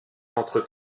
entre